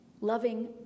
loving